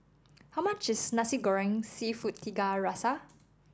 how much is Nasi Goreng seafood Tiga Rasa